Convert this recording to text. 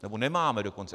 Nebo nemáme dokonce.